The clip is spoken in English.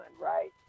right